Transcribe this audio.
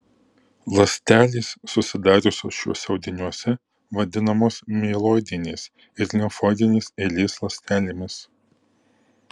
ląstelės susidariusios šiuose audiniuose vadinamos mieloidinės ir limfoidinės eilės ląstelėmis